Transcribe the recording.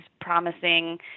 promising